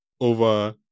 over